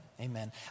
amen